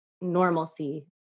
normalcy